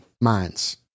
minds